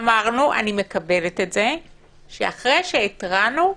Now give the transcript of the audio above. אמרנו אני מקבלת שאחרי שהתרענו,